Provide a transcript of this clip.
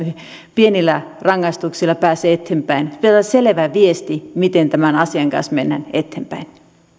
pienillä rangaistuksilla pääse eteenpäin pitää olla selvä viesti miten tämän asian kanssa mennään eteenpäin